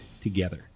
together